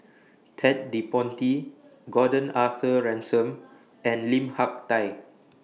Ted De Ponti Gordon Arthur Ransome and Lim Hak Tai